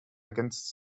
against